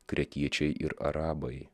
kretiečiai ir arabai